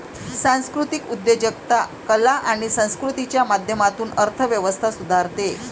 सांस्कृतिक उद्योजकता कला आणि संस्कृतीच्या माध्यमातून अर्थ व्यवस्था सुधारते